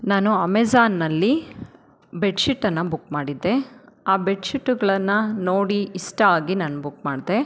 ನಾನು ಅಮೇಜಾನ್ನಲ್ಲಿ ಬೆಡ್ಶೀಟನ್ನು ಬುಕ್ ಮಾಡಿದ್ದೆ ಆ ಬೆಡ್ಶೀಟುಗಳನ್ನು ನೋಡಿ ಇಷ್ಟ ಆಗಿ ನಾನು ಬುಕ್ ಮಾಡಿದೆ